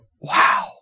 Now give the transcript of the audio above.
wow